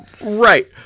Right